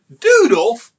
Doodle